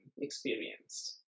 experienced